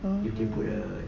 mm